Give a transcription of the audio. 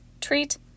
treat